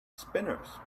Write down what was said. spinners